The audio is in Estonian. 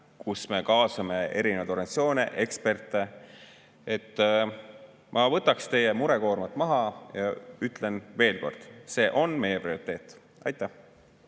kus me kaasame erinevaid organisatsioone ja eksperte. Ma võtan teie murekoormat vähemaks ja ütlen veel kord: see on meie prioriteet. Aitäh